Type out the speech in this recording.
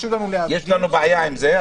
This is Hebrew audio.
יש לנו בעיה עם זה,